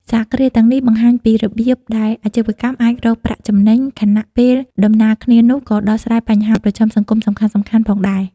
សហគ្រាសទាំងនេះបង្ហាញពីរបៀបដែលអាជីវកម្មអាចរកប្រាក់ចំណេញ ខណៈពេលដំណាលគ្នានោះក៏ដោះស្រាយបញ្ហាប្រឈមសង្គមសំខាន់ៗផងដែរ ។